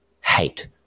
hate